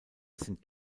sind